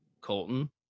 Colton